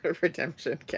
redemption